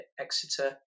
Exeter